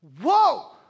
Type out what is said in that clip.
Whoa